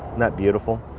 not beautiful,